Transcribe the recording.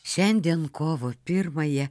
šiandien kovo pirmąją